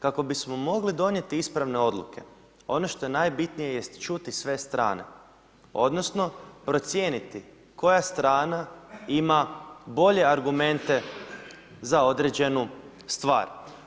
Kako bismo mogli donijeti ispravne odluke ono što je najbitnije jest čuti sve strane odnosno procijeniti koja strana ima bolje argumente za određenu stvar.